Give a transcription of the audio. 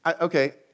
okay